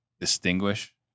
distinguish